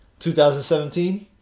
2017